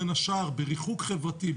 בין השאר בריחוק חברתי,